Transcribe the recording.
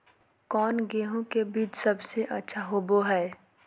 कौन गेंहू के बीज सबेसे अच्छा होबो हाय?